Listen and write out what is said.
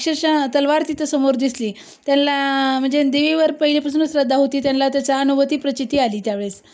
अक्षरशः तलवार तिथं समोर दिसली त्यांला म्हणजे देवीवर पहिल्यापासूनच श्रद्धा होती त्यांला त्याच्या अनुभवती प्रचिती आली त्यावेळेस